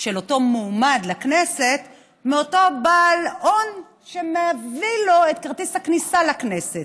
של אותו מועמד לכנסת מאותו בעל הון שמביא לו את כרטיס הכניסה לכנסת.